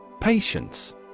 Patience